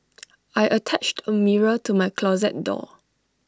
I attached A mirror to my closet door